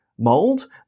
mold